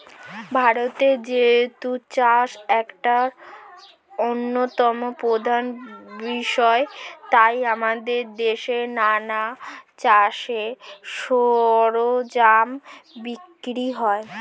ভারতে যেহেতু চাষ একটা অন্যতম প্রধান বিষয় তাই আমাদের দেশে নানা চাষের সরঞ্জাম বিক্রি হয়